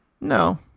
No